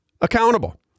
accountable